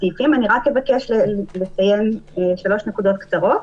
אני רק אבקש לציין שלוש נקודות קצרה: